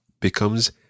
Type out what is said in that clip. becomes